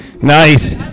Nice